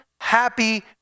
happy